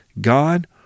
God